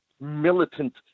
militant